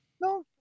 No